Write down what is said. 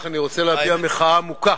לא,